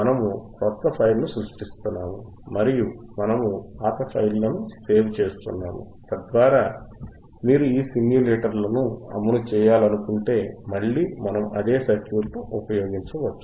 మనము క్రొత్త ఫైల్ను సృష్టిస్తున్నాము మరియు మనము పాత ఫైల్లను సేవ్ చేస్తున్నాము తద్వారా మీరు ఈ సిమ్యులేటర్లను అమలు చేయాలనుకుంటే మళ్లీ మనము అదే సర్క్యూట్ను ఉపయోగించవచ్చు